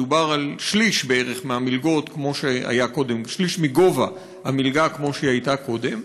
מדובר על שליש בערך מגובה המלגה שהייתה קודם.